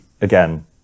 again